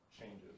changes